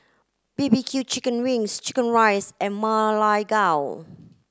B B Q chicken wings chicken rice and Ma Lai Gao